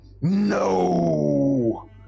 No